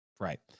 right